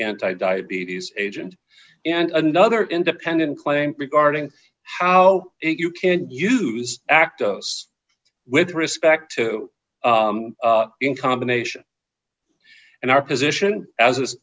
anti diabetes agent and another independent claim regarding how you can't use actos with respect to in combination and our position as